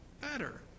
better